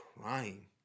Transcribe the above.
crying